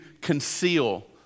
conceal